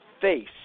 face